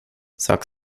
sak